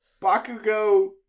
Bakugo